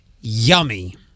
Yummy